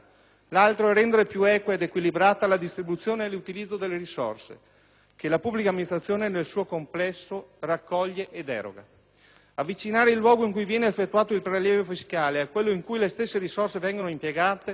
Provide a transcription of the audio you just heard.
L'altro è rendere più equa ed equilibrata la distribuzione e l'utilizzo delle risorse, che la pubblica amministrazione nel suo complesso raccoglie ed eroga. Avvicinare il luogo in cui viene effettuato il prelievo fiscale a quello in cui le stesse risorse vengono impiegate